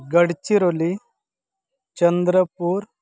Gadchiroli Chandrapur